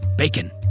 Bacon